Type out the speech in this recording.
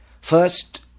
First